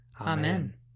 Amen